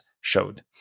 showed